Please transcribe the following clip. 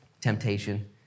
temptation